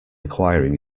acquiring